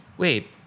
Wait